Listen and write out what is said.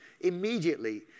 Immediately